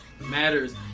matters